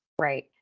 Right